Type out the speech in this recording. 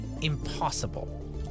impossible